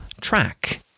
track